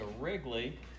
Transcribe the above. Wrigley